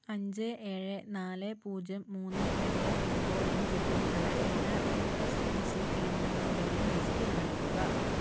അഞ്ച് ഏഴ് നാല് പൂജ്യം മൂന്ന് രണ്ട് പിൻകോഡിന് ചുറ്റുമുള്ള എല്ലാ ഇ എസ് ഐ സി കേന്ദ്രങ്ങളുടെയും ലിസ്റ്റ് കാണിക്കുക